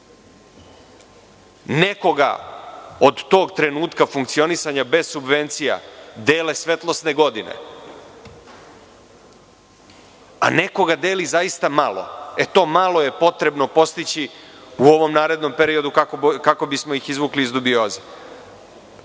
Nekoga od tog trenutka funkcionisanja bez subvencija dele svetlosne godine, a nekoga deli zaista malo. To malo je potrebno postići u ovom narednom periodu kako bismo ih izvukli iz dubioze. Kada